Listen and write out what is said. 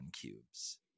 cubes